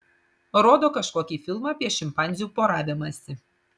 rodo kažkokį filmą apie šimpanzių poravimąsi